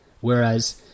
whereas